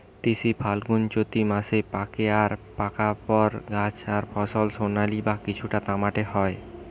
তিসি ফাল্গুনচোত্তি মাসে পাকে আর পাকার পরে গাছ আর ফল সোনালী বা কিছুটা তামাটে হয়